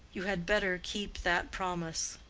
you had better keep that promise.